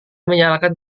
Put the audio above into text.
menyalakan